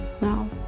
no